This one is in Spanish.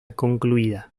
concluida